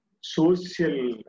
social